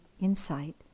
insight